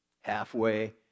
halfway